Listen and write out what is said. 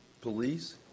police